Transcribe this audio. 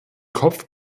kopf